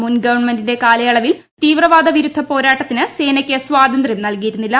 മുൻ ഗവൺമെന്റിന്റെ കാലയളവിൽ തീവ്രവാദവിരുദ്ധ പോരാട്ടത്തിന് സേനക്ക് സ്വാതന്ത്രൃം നൽകിയിരുന്നില്ല